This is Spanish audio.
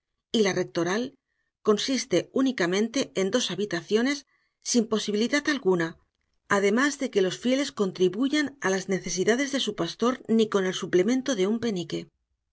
y la rectoral consiste únicamente en dos habitaciones sin posibilidad alguna además de que los fieles contribuyan a las necesidades de su pastor ni con el suplemento de un